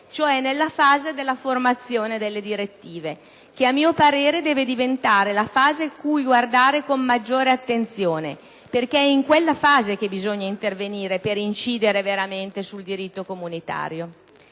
cioè nella fase della formazione delle direttive che, a mio parere, deve diventare la fase cui guardare con maggiore attenzione, perché è in quella fase che bisogna intervenire per incidere veramente sul diritto comunitario.